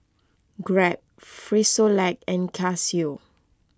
Grab Frisolac and Casio